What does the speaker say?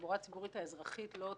שהתחבורה הציבורית האזרחית לא "תבזבז"